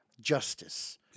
justice